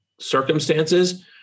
circumstances